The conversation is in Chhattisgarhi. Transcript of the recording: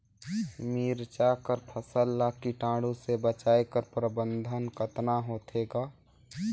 मिरचा कर फसल ला कीटाणु से बचाय कर प्रबंधन कतना होथे ग?